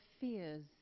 fears